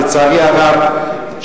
לצערי הרב,